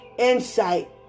insight